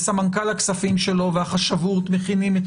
וסמנכ"ל הכספים שלו והחשבות מכינים.